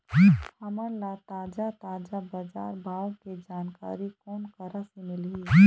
हमन ला ताजा ताजा बजार भाव के जानकारी कोन करा से मिलही?